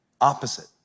opposite